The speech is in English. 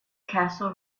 castle